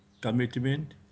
commitment